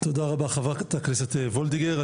תודה רבה חברת הכנסת וולדיגר.